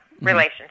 relationship